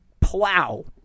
plow